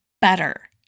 better